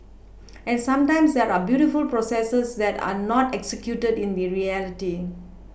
and sometimes there are beautiful processes that are not executed in the reality